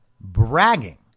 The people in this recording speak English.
bragging